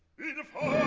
beautiful